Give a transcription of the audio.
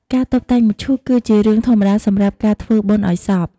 ការតុបតែងមឈូស គឺជារឿងធម្មតាសម្រាប់ការធ្វើបុណ្យឲ្យសព។